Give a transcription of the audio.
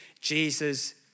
Jesus